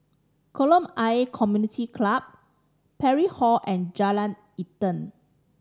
Kolam Ayer Community Club Parry Hall and Jalan Intan